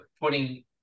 putting